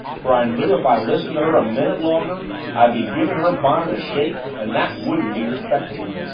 for i knew if i listened to her a minute longer i'd be giving her bonnet a shake and that wouldn't be respectable.